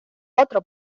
otro